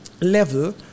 level